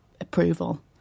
approval